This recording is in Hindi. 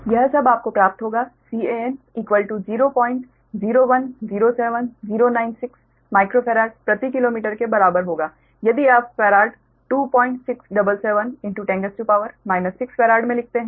यह सब आपको प्राप्त होगा Can 00107096 माइक्रोफारड प्रति किलोमीटर के बराबर होगा यदि आप फैराड 2677 10 6 फैराड में लिखते हैं